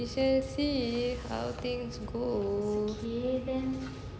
we shall see how things go